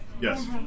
Yes